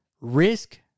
risk